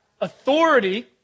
authority